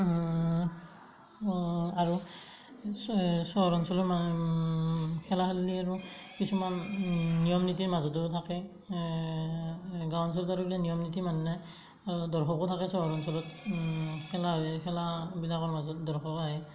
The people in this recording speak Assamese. আৰু চহৰ অঞ্চলত খেলা খেললি আৰু কিছুমান নিয়ম নীতিৰ মাজতো থাকে গাঁও অঞ্চলত আৰু এইগিলা নিয়ম নীতি মান নাই আৰু দৰ্শকো থাকে চহৰ অঞ্চলত খেলা হয় খেলাগিলাকৰ মাজত দৰ্শক আহে